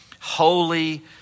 holy